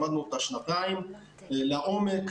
למדנו אותה שנתיים לעומק.